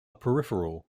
peripheral